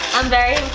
i'm very